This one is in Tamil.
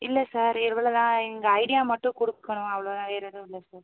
இல்லை சார் இவ்வளோதான் எங்கள் ஐடியா மட்டும் கொடுக்கணும் அவ்வளோதான் வேறு எதுவும் இல்லை சார்